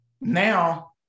now